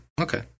Okay